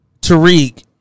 Tariq